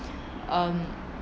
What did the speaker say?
um